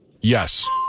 Yes